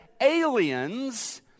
aliens